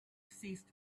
ceased